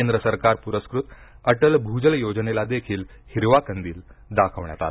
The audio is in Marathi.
केंद्र सरकार पुरस्कृत अटल भुजल योजनेला देखील हिरवा कंदील दाखवण्यात आला